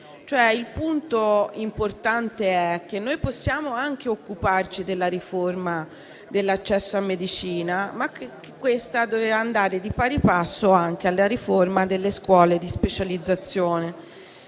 Il punto è che possiamo anche occuparci della riforma dell'accesso a medicina, ma questa dovrebbe andare di pari passo con la riforma delle scuole di specializzazione,